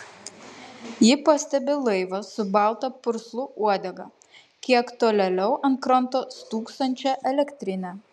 ji pastebi laivą su balta purslų uodega kiek tolėliau ant kranto stūksančią elektrinę